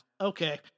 Okay